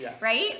right